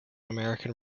american